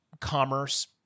commerce